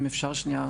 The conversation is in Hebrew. אם אפשר שנייה,